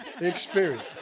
experience